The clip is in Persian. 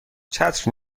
چتر